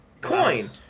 Coin